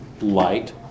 light